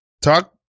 Talk